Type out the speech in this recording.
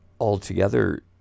altogether